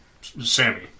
Sammy